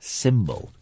symbol